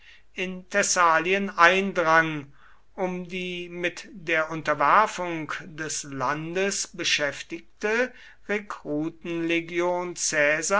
in thessalien eindrang um die mit der unterwerfung des landes beschäftigte